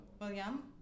William